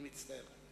אני מצטער.